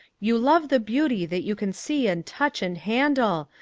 you love the beauty that you can see and touch and handle,